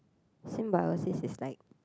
symbiosis is like